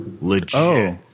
Legit